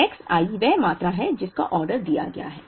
X i वह मात्रा है जिसका ऑर्डर दिया गया है